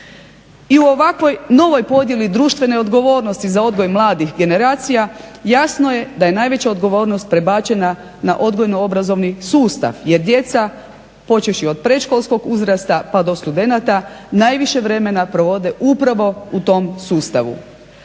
I u ovakvoj novoj podjeli društvene odgovornosti za odgoj mladih generacija jasno je da je najveća odgovornost prebačena na odgojno-obrazovni sustav jer djeca počevši od predškolskog uzrasta pa do studenata najviše vremena provode upravo u tom sustavu.